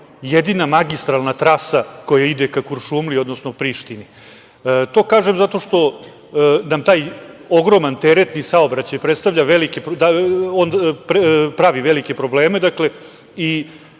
jedina magistralna trasa koja ide ka Kuršumliji, odnosno Prištini. To kažem zato što nam taj ogroman teretni saobraćaj pravi velike probleme i,